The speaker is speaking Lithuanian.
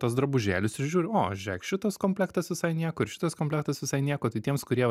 tuos drabužėlius ir žiūr o žiūrėk šitas komplektas visai nieko ir šitas komplektas visai nieko tai tiems kurie va